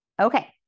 Okay